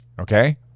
Okay